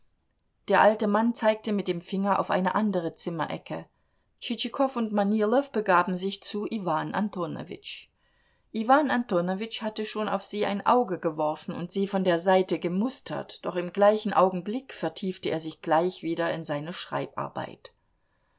der alte mann zeigte mit dem finger auf eine andere zimmerecke tschitschikow und manilow begaben sich zu iwan antonowitsch iwan antonowitsch hatte schon auf sie ein auge geworfen und sie von der seite gemustert doch im gleichen augenblick vertiefte er sich gleich wieder in seine schreibarbeit